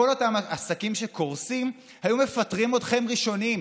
כל אותם עסקים שקורסים היו מפטרים אתכם ראשונים,